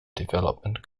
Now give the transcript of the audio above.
development